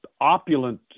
opulent